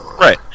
Right